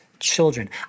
children